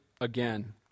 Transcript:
again